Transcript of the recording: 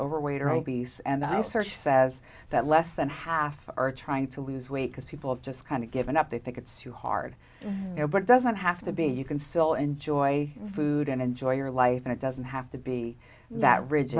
overweight or obese and i search says that less than half are trying to lose weight because people just kind of given up they think it's too hard you know but it doesn't have to be you can still enjoy food and enjoy your life and it doesn't have to be that r